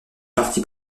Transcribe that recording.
parti